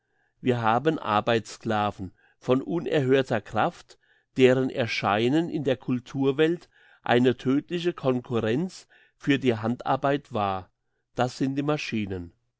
wir haben arbeitssclaven von unerhörter kraft deren erscheinen in der culturwelt eine tödliche concurrenz für die handarbeit war das sind die maschinen